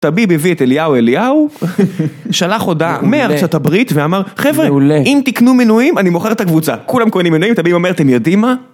טביב הביא את אליהו אליהו שלח הודעה מארצות הברית ואמר חברה אם תקנו מנויים אני מוכר את הקבוצה כולם קנו מנויים טביב אומר אתם יודעים מה